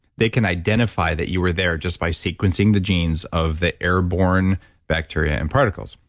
they can identify that you were there just by sequencing the genes of the airborne bacteria and particles.